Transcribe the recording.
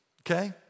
okay